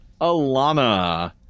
Alana